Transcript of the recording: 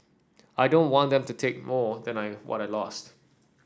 I don't want them to take more than I what I lost